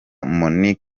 monique